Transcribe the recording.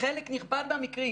בחלק נכבד מהמקרים